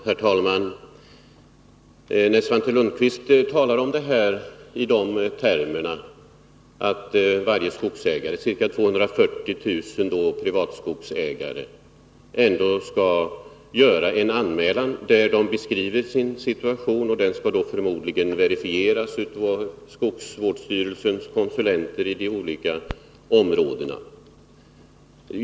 Herr talman! Svante Lundkvist talar om att varje skogsägare, ca 240 000 privatskogsägare, ändå skall göra en anmälan där vederbörande beskriver sin situation, varvid det hela förmodligen skall verifieras av skogsvårdsstyrelsens konsulenter i de olika områdena.